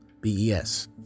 B-E-S